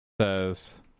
says